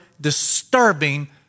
disturbing